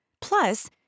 Plus